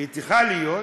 והיא צריכה להיות.